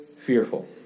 fearful